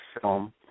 film